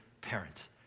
parent